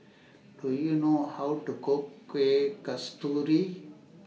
Do YOU know How to Cook Kueh Kasturi